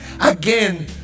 Again